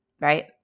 right